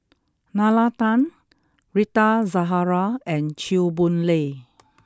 Nalla Tan Rita Zahara and Chew Boon Lay